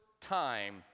time